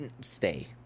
stay